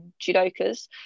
judokas